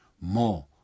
more